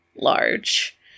large